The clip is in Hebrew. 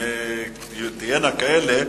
תהיינה כאלה,